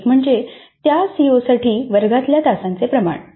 एक म्हणजे त्या सीओसाठी वर्गातल्या तासांचे प्रमाण